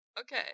Okay